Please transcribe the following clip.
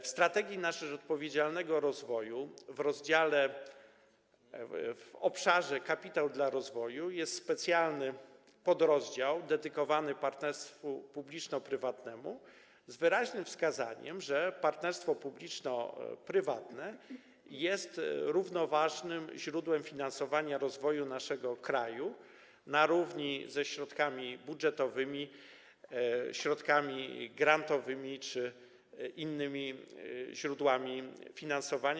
W „Strategii na rzecz odpowiedzialnego rozwoju” w obszarze: Kapitał dla rozwoju jest specjalny podrozdział dedykowany partnerstwu publiczno-prywatnemu, z wyraźnym wskazaniem, że partnerstwo publiczno-prywatne jest równoważnym źródłem finansowania rozwoju naszego kraju, na równi ze środkami budżetowymi, środkami grantowymi czy innymi źródłami finansowania.